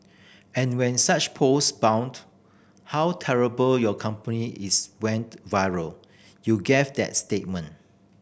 and when such post bout how terrible your company is went viral you gave that statement